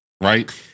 Right